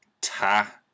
Ta